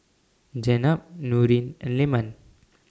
Jenab Nurin and Leman